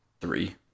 three